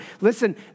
Listen